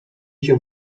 się